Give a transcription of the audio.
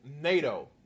NATO